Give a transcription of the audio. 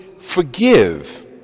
forgive